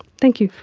thank you.